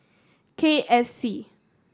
K F C